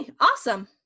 Awesome